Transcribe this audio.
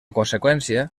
conseqüència